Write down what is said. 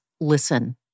listen